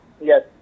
Yes